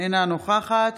אינה נוכחת